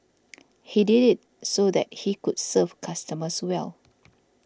he did it so that he could serve customers well